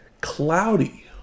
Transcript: Cloudy